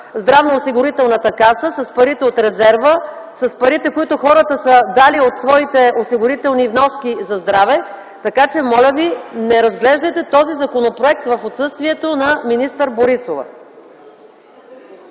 здравноосигурителна каса с парите от резерва, с парите, които хората са дали от своите осигурителни вноски за здраве, така че моля Ви не разглеждайте този законопроект в отсъствието на министър Борисова.